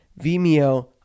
Vimeo